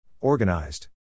Organized